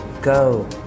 go